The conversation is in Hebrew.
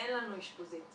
אין לנו אשפוזית.